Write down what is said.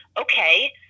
okay